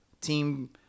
Team